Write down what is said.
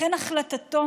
לכן החלטתו